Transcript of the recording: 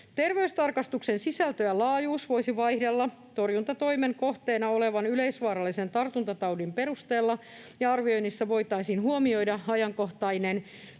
Terveystarkastuksen sisältö ja laajuus voisivat vaihdella torjuntatoimen kohteena olevan yleisvaarallisen tartuntataudin perusteella, ja arvioinnissa voitaisiin huomioida ajankohtainen